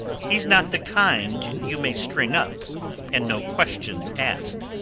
he's not the kind you may string up and no questions asked.